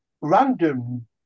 random